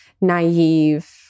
naive